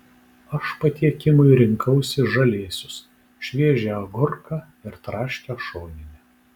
aš patiekimui rinkausi žalėsius šviežią agurką ir traškią šoninę